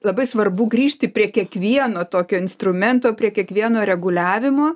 labai svarbu grįžti prie kiekvieno tokio instrumento prie kiekvieno reguliavimo